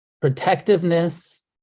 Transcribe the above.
protectiveness